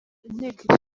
inteko